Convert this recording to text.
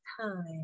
time